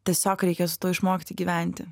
tiesiog reikia su tuo išmokti gyventi